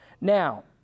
Now